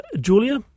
Julia